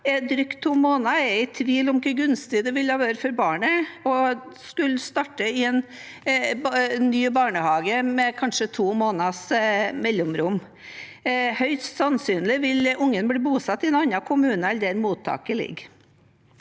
drøyt to måneder er jeg i tvil om hvor gunstig det ville være for barnet å skulle starte i en ny barnehage med kanskje to måneders mellomrom. Høyst sannsynlig vil ungen bli bosatt i en annen kommune enn der mottaket ligger.